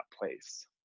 place